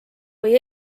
või